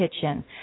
Kitchen